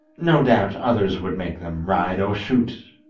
no doubt others would make them ride or shoot,